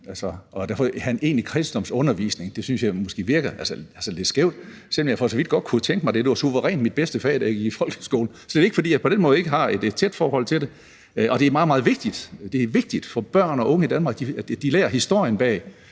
og at have en egentlig kristendomsundervisning synes jeg måske derfor virker lidt skævt, selv om jeg for så vidt godt kunne tænke mig det. Det var suverænt mit bedste fag, da jeg gik i folkeskole. Så det er ikke, fordi jeg på den måde ikke har et tæt forhold til det, og det er meget, meget vigtigt. Det er vigtigt for børn og unge i Danmark, at de lærer historien bag,